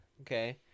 Okay